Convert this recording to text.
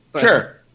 Sure